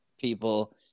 people